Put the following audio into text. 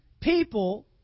people